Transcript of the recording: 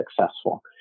successful